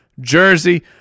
jersey